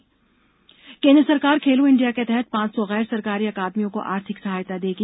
खेलो India केन्द्र सरकार Khelo India के तहत पांच सौ गैर सरकारी अकादमियों को आर्थिक सहायता देगी